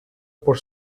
por